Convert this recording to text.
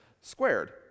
squared